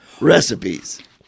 recipes